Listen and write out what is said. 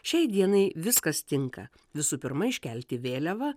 šiai dienai viskas tinka visų pirma iškelti vėliavą